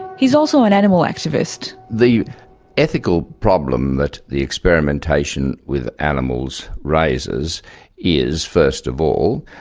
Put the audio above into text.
he is also an animal activist. the ethical problem that the experimentation with animals raises is, first of all,